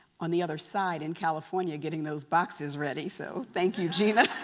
on the other side in california getting those boxes ready, so thank you gina